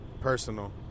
personal